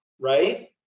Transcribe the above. right